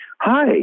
hi